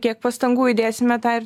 kiek pastangų įdėsime tą ir